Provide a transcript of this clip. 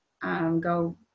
go